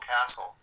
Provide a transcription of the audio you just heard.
castle